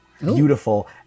Beautiful